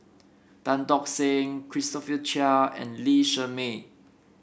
Tan Tock San Christopher Chia and Lee Shermay